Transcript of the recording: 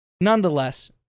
nonetheless